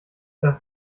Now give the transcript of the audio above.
das